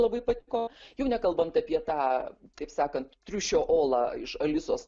labai patiko jau nekalbant apie tą taip sakant triušio olą iš alisos